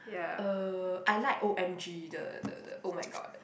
uh I like O_M_G the the the oh-my-god